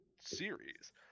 series